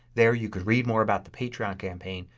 there you could read more about the patreon campaign.